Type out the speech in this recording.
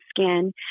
skin